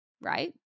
right